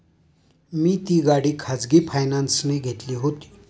मी ती गाडी खाजगी फायनान्सने घेतली होती